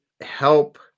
help